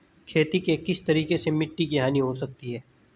खेती के किस तरीके से मिट्टी की हानि हो सकती है?